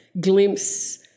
glimpse